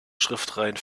schriftenreihe